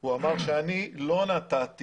שהוא לא נתן